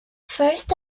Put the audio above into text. first